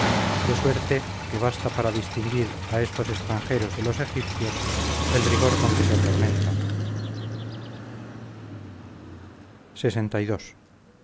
de suerte que basta para distinguir a estos extranjeros de los egipcios el rigor con que se atormentan lxii